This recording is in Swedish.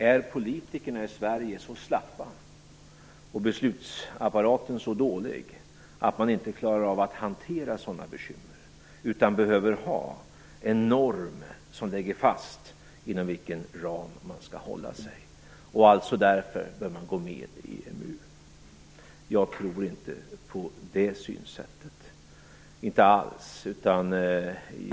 Är politikerna i Sverige så slappa och beslutsapparaten så dålig att man inte klarar av att hantera sådana bekymmer, utan behöver ha en norm som lägger fast inom vilken ram man skall hålla sig, och man alltså därför bör gå med i EMU? Jag tror inte alls på det synsättet.